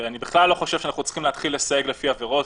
אני בכלל לא חושב שאנחנו צריכים להתחיל לסייג לפי עבירות,